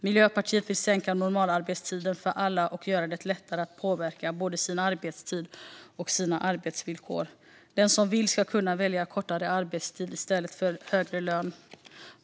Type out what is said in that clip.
Miljöpartiet vill sänka normalarbetstiden för alla och göra det lättare att påverka både sin arbetstid och sina arbetsvillkor. Den som vill ska kunna välja kortare arbetstid i stället för högre lön.